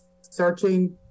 searching